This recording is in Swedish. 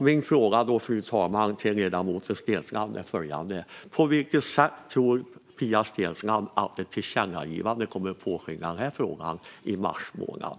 Min fråga, fru talman, till ledamoten Steensland är följande: På vilket sätt tror Pia Steensland att ett tillkännagivande kommer att påskynda den här frågan i mars månad?